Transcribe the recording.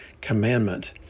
commandment